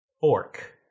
Fork